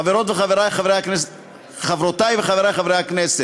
חברותי וחברי חברי הכנסת,